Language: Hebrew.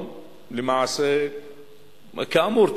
כאמור,